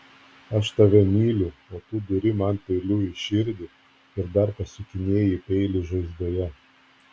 aš tave myliu o tu duri man peiliu į širdį ir dar pasukinėji peilį žaizdoje